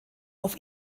auf